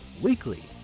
weekly